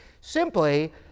Simply